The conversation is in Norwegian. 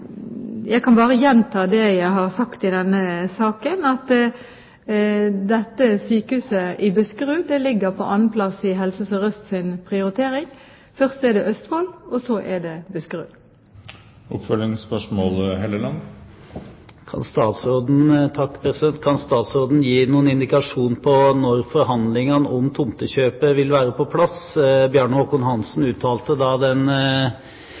Jeg kan bare gjenta det jeg har sagt i denne saken, at dette sykehuset i Buskerud ligger på andreplass i Helse Sør-Østs prioritering. Først er det Østfold, og så er det Buskerud. Kan statsråden gi noen indikasjon på når forhandlingene om tomtekjøpet vil være på plass? Bjarne Håkon Hanssen uttalte noen få dager før valget da